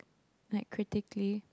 like critically